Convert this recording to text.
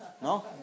No